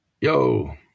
Yo